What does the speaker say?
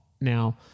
Now